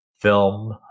film